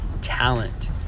talent